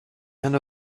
and